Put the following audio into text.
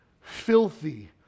filthy